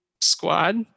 squad